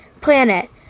planet